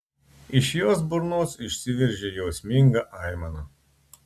iš jos burnos išsiveržė jausminga aimana